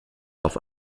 auf